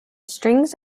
strings